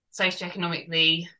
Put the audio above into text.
socioeconomically